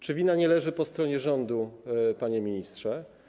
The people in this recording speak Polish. Czy wina nie leży po stronie rządu, panie ministrze?